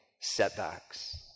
setbacks